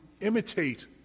imitate